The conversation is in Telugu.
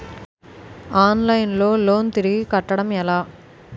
ఆన్లైన్ లో లోన్ తిరిగి కట్టడం ఎలా?